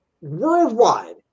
Worldwide